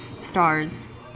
stars